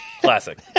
classic